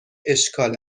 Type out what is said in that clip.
اشکال